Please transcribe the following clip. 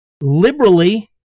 liberally